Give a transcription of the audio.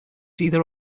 either